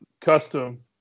custom